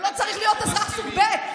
אתה גם לא צריך להיות אזרח סוג ב'.